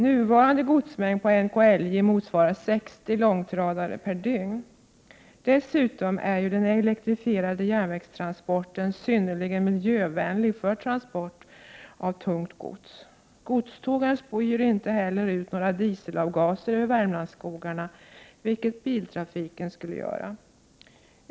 Nuvarande godsmängd på NKIJ motsvarar ca 60 långtradare per dygn. Dessutom är elektrifierad järnvägstransport synnerligen miljövänlig vid transport av tungt gods. Godstågen spyr inte heller ut några dieselavgaser över Värmlandsskogarna, vilket biltrafiken skulle göra.